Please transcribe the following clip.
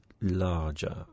larger